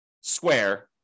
square